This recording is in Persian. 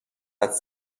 حدس